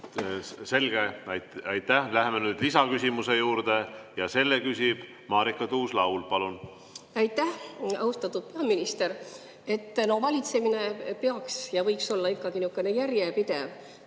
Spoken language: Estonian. Selge, aitäh! Läheme nüüd lisaküsimuse juurde ja selle küsib Marika Tuus-Laul. Palun! Aitäh! Austatud peaminister! Valitsemine peaks ja võiks olla ikkagi nihukene